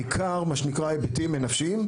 בעיקר מה שנקרא היבטים נפשיים,